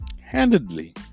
handedly